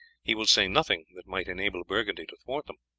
he will say nothing that might enable burgundy to thwart them.